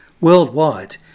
worldwide